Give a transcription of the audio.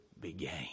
began